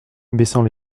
baissant